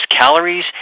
calories